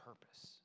purpose